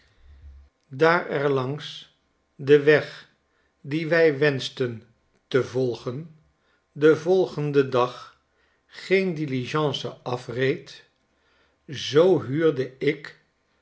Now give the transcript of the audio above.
daar er langs den weg dien wij wenschten te volgen den volgenden dag geen diligence afreed zoo huurde ik